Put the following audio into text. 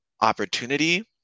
opportunity